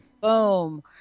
boom